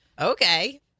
Okay